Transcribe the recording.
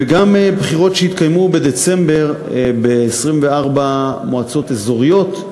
וגם בחירות שיתקיימו בדצמבר ב-24 מועצות אזוריות,